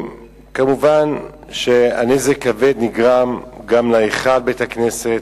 כמובן, נזק כבד נגרם גם להיכל בית-הכנסת,